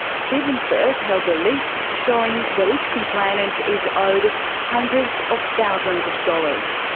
stephen firth held a list showing that each complainant is owed hundreds of thousands of dollars.